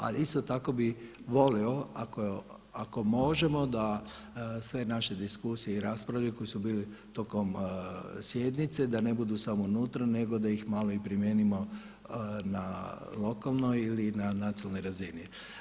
Ali isto tako bi volio ako možemo da sve naše diskusije i rasprave koje su bili tokom sjednice, da ne budu samo unutra nego da ih malo i primijenimo na lokalnoj ili na nacionalnoj razini.